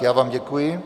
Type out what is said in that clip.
Já vám děkuji.